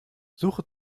suche